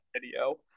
video